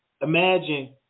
imagine